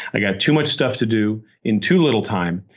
i got too much stuff to do in too little time,